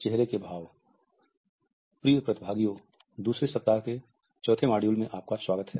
चेहरे के भाव प्रिय प्रतिभागियों दूसरे सप्ताह के चौथे मॉड्यूल में आपका स्वागत है